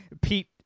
Pete